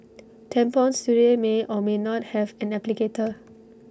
tampons today may or may not have an applicator